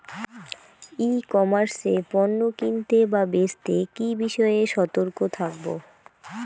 ই commerce এ পণ্য কিনতে বা বেচতে কি বিষয়ে সতর্ক থাকব?